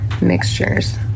mixtures